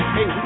Hey